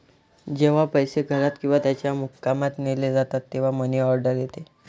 जेव्हा पैसे घरात किंवा त्याच्या मुक्कामात नेले जातात तेव्हा मनी ऑर्डर येते